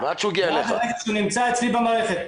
ועד שהוא נמצא אצלי במערכת.